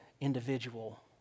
individual